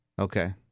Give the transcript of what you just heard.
Okay